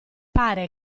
pare